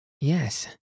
Yes